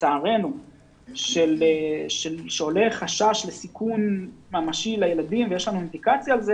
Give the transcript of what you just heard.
לצערנו שעולה חשש לסיכון ממשי לילדים ויש לנו אינדיקציה על כך,